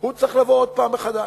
הוא צריך לבוא עוד פעם מחדש.